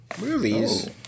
Movies